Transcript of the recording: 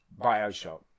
Bioshock